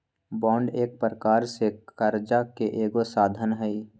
bond एक प्रकार से करजा के एगो साधन हइ